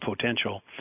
potential